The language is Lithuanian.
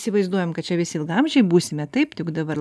įsivaizduojam kad čia visi ilgaamžiai būsime taip tik dabar